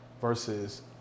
versus